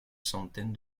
centaine